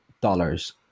dollars